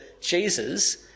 Jesus